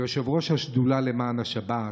כיושב-ראש השדולה למען השבת,